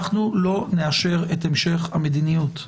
אנחנו לא נאשר את המשך המדיניות.